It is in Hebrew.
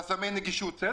חסמי נגישות,